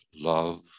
love